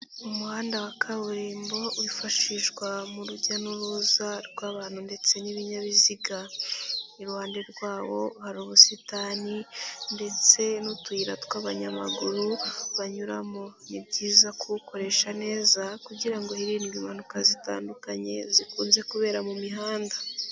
Umuhanda wa kaburimbo wifashishwa mu rujya n'uruza rw'abantu ndetse n'ibinyabiziga, iruhande rwawo hari ubusitani ndetse n'utuyira tw'abanyamaguru banyuramo, ni byiza kubukoresha neza kugira ngo hirindwe impanuka zitandukanye zikunze kubera mu mihanda.